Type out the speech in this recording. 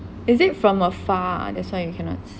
is it from afar that's why you cannot see